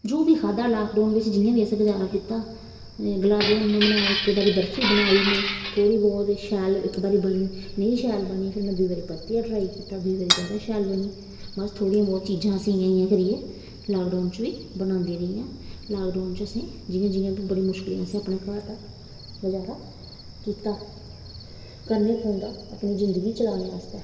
जो बी खाद्धा लाकडाउन बिच्च जि'यां बी असें गुजारा कीता गुलाब जामनु बनाए इक बारी बर्फी बनाई में थोह्ड़ी ब्हौत शैल इक बारी बनी निं शैल बनी फिर में दूई बारी परतियै ट्राई कीता दूई बारी जैदा शैल बनी बस थोह्ड़ियां ब्हौत चीजां अस इ'यां इ'यां करियै लाकडाउन च बी बनांदे रेहियां लाकडाउन च असें जि'यां जि'यां बी बड़ी मुश्कलें असें अपना घर दा गुजारा कीता करने पौंदा अपनी जिंदगी चलाने आस्तै